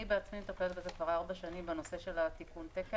אני עצמי מטפלת כבר ארבע שנים בנושא של תיקון התקן.